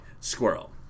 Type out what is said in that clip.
squirrel